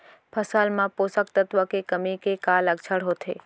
फसल मा पोसक तत्व के कमी के का लक्षण होथे?